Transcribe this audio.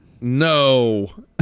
no